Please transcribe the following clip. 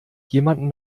jemanden